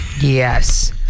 Yes